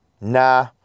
nah